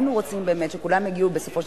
היינו רוצים באמת שכולם יגיעו בסופו של